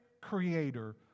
creator